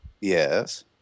Yes